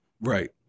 right